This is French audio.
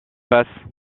passent